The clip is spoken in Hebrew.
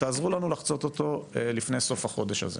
תעזרו לנו לחצות אותו לפני סוף החודש הזה.